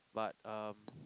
but um